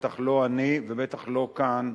בטח לא אני ובטח לא כאן,